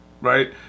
right